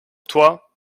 toi